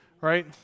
right